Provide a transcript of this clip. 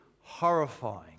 horrifying